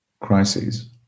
crises